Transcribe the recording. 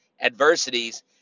adversities